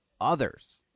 others